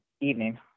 evening